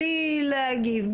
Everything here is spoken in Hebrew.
בלי להגיב,